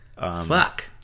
Fuck